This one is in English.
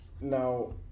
now